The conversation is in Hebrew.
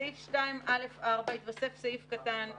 בסעיף 2(א)(4) יתווסף סעיף קטן (ו):